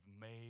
made